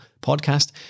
podcast